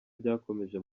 byakomeje